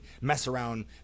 mess-around